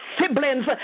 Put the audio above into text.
siblings